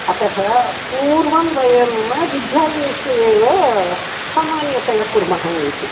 अतः पूर्वं वयं विद्यालयेषु एव सामान्यतया कुर्मः इति